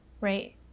right